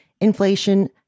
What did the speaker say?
Inflation